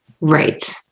Right